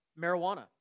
marijuana